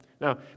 Now